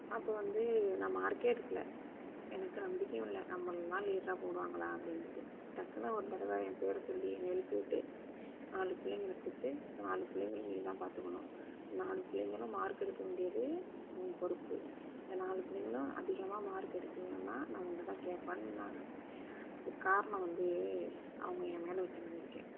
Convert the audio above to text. அப்போது வந்து நான் மார்க்கே எடுக்கலை எனக்கு நம்பிக்கையும் இல்லை நம்மளல்லாம் லீட்ராக போடுவாங்களா அப்படினுட்டு டக்குனு ஒரு தடவை என் பேரை சொல்லி என்னை எழுப்பி விட்டு நாலு பிள்ளைங்கள கொடுத்து இந்த நாலு பிள்ளைங்களையும் நீ தான் பார்த்துக்கணும் இந்த நாலு பிள்ளைங்களும் மார்க் எடுக்க வேண்டியது உன் பொறுப்பு இந்த நாலு பிள்ளைங்களும் அதிகமாக மார்க் எடுக்கலைனா நான் உன்ன தான் கேட்பேன்னாங்க அதுக்கு காரணம் வந்து அவங்க என் மேலே வச்ச நம்பிக்கை